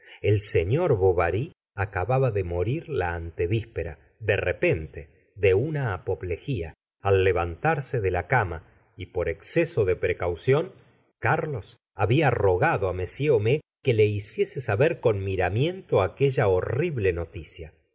el señor bovary acababa de morir la antevíspera de repente de una apoplegia al levantarse de la cama y por exceso de precaución carlos habia rogado á m homais que la hiciese saber con miramiento aquella horrible noticia